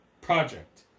Project